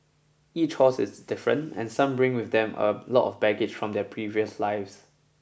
each horse is different and some bring with them a lot of baggage from their previous lives